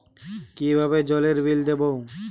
কিভাবে জলের বিল দেবো?